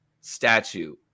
statue